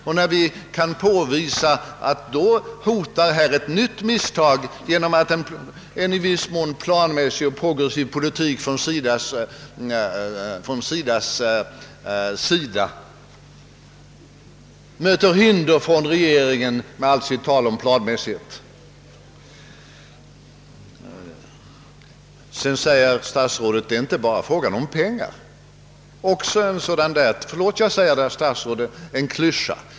Och vi kan påvisa att här hotar ett nytt misstag genom att en i viss mån planmässig och progressiv politik från SIDA:s håll möter hinder från regeringen, trots allt dess tal om planmässighet. Statsrådet säger: »Det är inte bara fråga om pengar.» Det är också en sådan där — förlåt uttrycket, herr statsråd — klyscha.